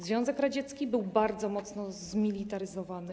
Związek Radziecki był bardzo mocno zmilitaryzowany.